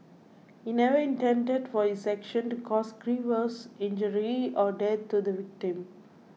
he never intended for his action to cause grievous injury or death to the victim